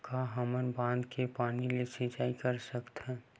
का हमन बांधा के पानी ले सिंचाई कर सकथन?